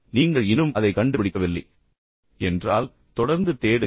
நீங்கள் இன்னும் அதைக் கண்டுபிடிக்கவில்லை என்றால் தொடர்ந்து தேடுங்கள்